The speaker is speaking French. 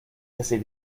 casser